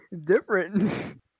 different